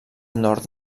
nord